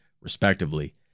respectively